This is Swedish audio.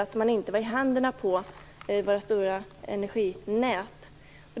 Då skulle man inte vara i händerna på våra stora energinät.